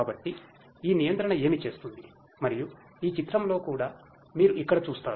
కాబట్టి ఈ నియంత్రణ ఏమి చేస్తుంది మరియు ఈ చిత్రంలో కూడా మీరు ఇక్కడ చూస్తారు